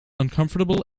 uncomfortable